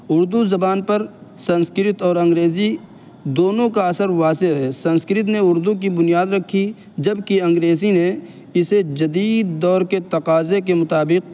اردو زبان پر سنسکرت اور انگریزی دونوں کا اثر واضح ہے سنسکرت نے اردو کی بنیاد رکھی جبکہ انگریزی نے اسے جدید دور کے تقاضے کے مطابق